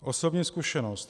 Osobní zkušenost.